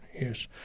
yes